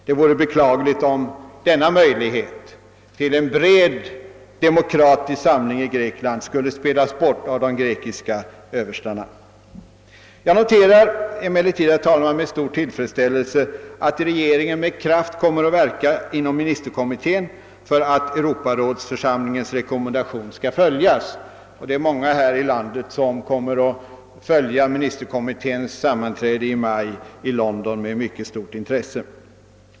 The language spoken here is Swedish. Det vore beklagligt om denna möjlighet till en bred demokratisk samling i Grekland skulle spelas bort av de grekiska överstarna. Jag noterar emellertid med stor tillfredsställelse att regeringen med kraft kommer att verka inom ministerkommittén för att Europarådets rådgivande församlings rekommendation skall följas, och det är många i vårt land som kommer att följa ministerkommitténs sammanträde i London i maj med mycket stort intresse.